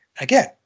Again